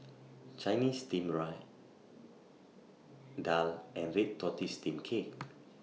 Chinese Steamed Daal and Red Tortoise Steamed Cake